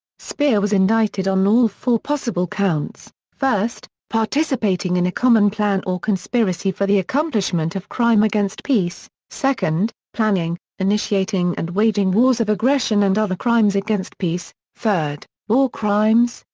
speer was indicted on all four possible counts first, participating in a common plan or conspiracy for the accomplishment of crime against peace, second, planning, initiating and waging wars of aggression and other crimes against peace, third, war crimes,